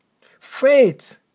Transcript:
faith